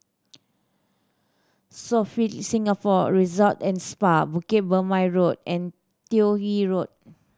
Sofitel Singapore Resort and Spa Bukit Purmei Road and Toh Yi Road